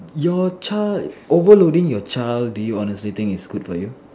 your child overloading your child do you honestly think it's good for you